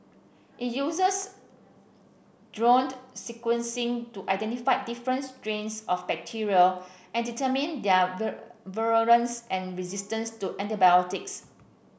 it uses sequencing to identify different strains of bacteria and determine their virulence and resistance to antibiotics